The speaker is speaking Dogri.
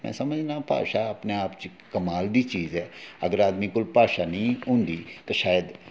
में समझना भाशा अपने आप च कमाल दी चीज ऐ अगर आदमी कोल भाशा नीं होंदी ते शायद